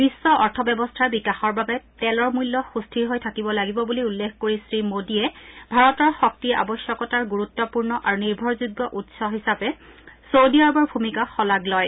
বিশ্ব অৰ্থব্যৱস্থাৰ বিকাশৰ বাবে তেলৰ মূল্য সুস্থিৰ হৈ থাকিব লাগিব বুলি উল্লেখ কৰি শ্ৰীমোদীয়ে ভাৰতৰ শক্তি আৱশ্যকতাৰ গুৰুত্বপূৰ্ণ আৰু নিৰ্ভৰযোগ্য উৎস হিচাপে ছৌদি আৰবৰ ভূমিকাক শলাগ লয়